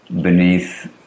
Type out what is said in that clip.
beneath